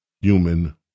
human